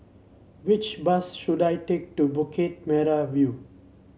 which bus should I take to Bukit Merah View